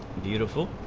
beautiful